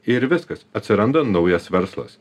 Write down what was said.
ir viskas atsiranda naujas verslas